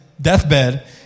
deathbed